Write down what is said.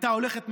הייתה הולכת,